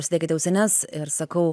užsidėkite ausines ir sakau